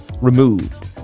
Removed